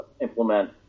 implement